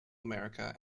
america